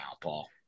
Paul